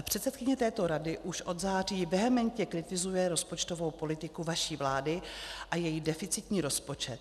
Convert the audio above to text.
Předsedkyně této rady už od září vehementně kritizuje rozpočtovou politiku vaší vlády a její deficitní rozpočet.